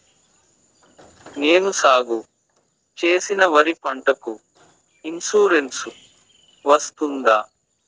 నేను సాగు చేసిన వరి పంటకు ఇన్సూరెన్సు వస్తుందా?